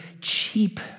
cheap